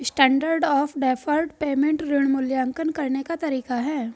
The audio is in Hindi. स्टैण्डर्ड ऑफ़ डैफर्ड पेमेंट ऋण मूल्यांकन करने का तरीका है